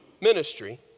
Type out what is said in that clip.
ministry